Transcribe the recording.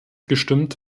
gestimmt